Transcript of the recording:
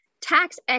tax